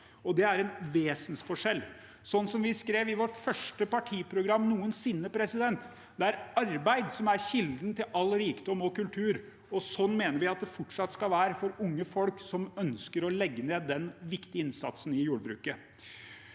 Det er en vesensforskjell. Som vi skrev i vårt første partiprogram noensinne: Det er arbeid som er kilden til all rikdom og kultur. Sånn mener vi at det fortsatt skal være for unge folk som ønsker å legge ned den viktige innsatsen i jordbruket.